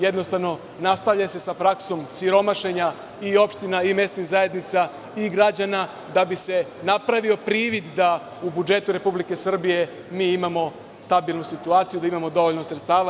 Jednostavno, nastavlja se sa praksom siromašenja i opština i mesnih zajednica i građana da bi se napravio privid da u budžetu Republike Srbije mi imamo stabilnu situaciju, da imamo dovoljno sredstava.